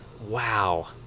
Wow